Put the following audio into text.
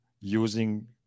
using